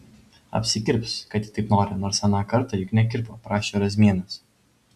apsikirps kad ji taip nori nors aną kartą juk nekirpo prašė razmienės